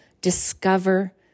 discover